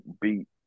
beat